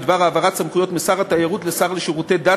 בדבר העברת סמכויות משר התיירות לשר לשירותי דת,